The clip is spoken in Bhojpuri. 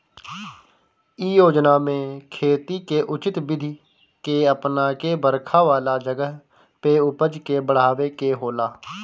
इ योजना में खेती के उचित विधि के अपना के बरखा वाला जगह पे उपज के बढ़ावे के होला